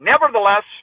Nevertheless